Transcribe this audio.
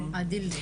נלמד,